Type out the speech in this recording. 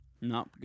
No